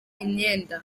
imyenda